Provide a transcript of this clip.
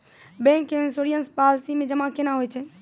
Bank के insurance policy मे जमा केना होय छै?